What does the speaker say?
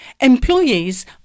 Employees